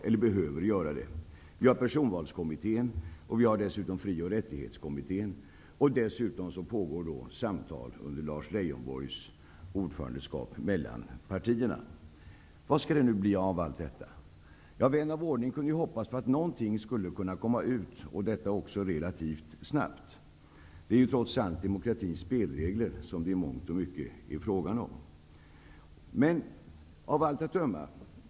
Vidare har vi personvalskommittén och fri och rättighetskommittén. Dessutom pågår samtal mellan partierna under Lars Leijonborgs ordförandeskap. Vad skall det då bli av allt detta? Ja, vännen av ordning kunde ju hoppas att någonting relativt snabbt skulle komma ut av detta. Det är trots allt demokratins spelregler som det i mångt och mycket är fråga om.